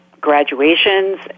graduations